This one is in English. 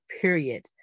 period